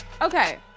Okay